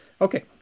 okay